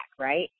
right